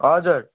हजुर